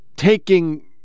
Taking